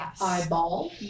eyeball